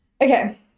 Okay